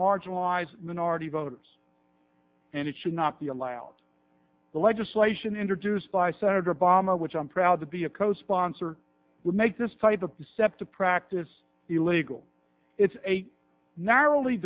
marginalize minority voters and it should not be allowed the legislation introduced by senator obama which i'm proud to be a co sponsor would make this type of deceptive practice illegal it's a narrowly